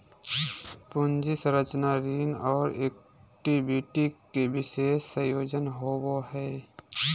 पूंजी संरचना ऋण और इक्विटी के विशेष संयोजन होवो हइ